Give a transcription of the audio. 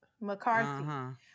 McCarthy